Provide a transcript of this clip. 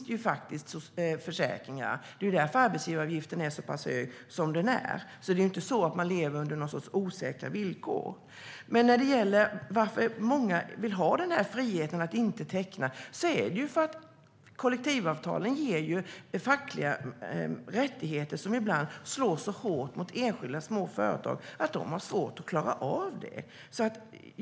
Det är därför arbetsgivaravgiften är så pass hög som den är. Man lever alltså inte under någon sorts osäkra villkor. Men varför många vill ha den här friheten att inte teckna kollektivavtal är för att de ger fackliga rättigheter som ibland slår så hårt mot enskilda små företag att de har svårt att klara av det.